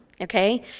okay